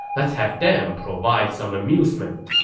let's have them provide some amusement.